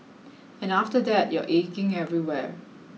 and after that you're aching everywhere